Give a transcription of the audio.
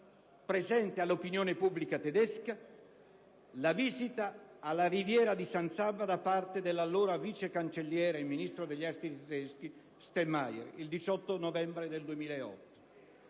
presente all'opinione pubblica tedesca - la visita alla Risiera di San Sabba da parte dell'allora vice cancelliere, ministro degli esteri tedesco, Steinmeier, il 18 novembre 2008;